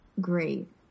great